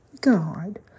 God